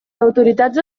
autoritats